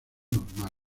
normal